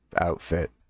outfit